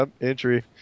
entry